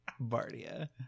Bardia